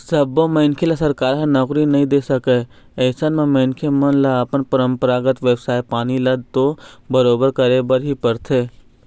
सब्बो मनखे ल सरकार ह नउकरी नइ दे सकय अइसन म मनखे मन ल अपन परपंरागत बेवसाय पानी ल तो बरोबर करे बर ही परथे